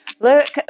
Look